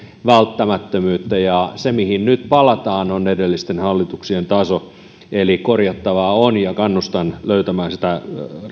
välttämättömyyttä se mihin nyt palataan on edellisten hallituksien taso eli korjattavaa on ja kannustan löytämään sitä